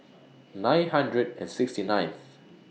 nine hundred and sixty ninth